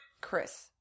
Chris